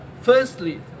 Firstly